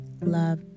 love